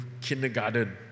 kindergarten